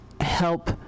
help